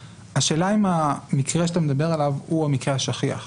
השאלה היא האם המקרה שאתה מדבר עליו הוא המקרה השכיח?